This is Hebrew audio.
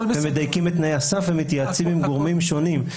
ומדייקים את תנאי הסף ומתייעצים עם גורמים שונים,